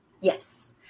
Yes